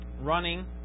running